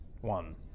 one